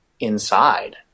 inside